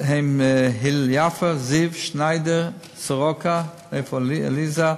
הם הלל יפה, זיו, שניידר, סורוקה, איפה עליזה?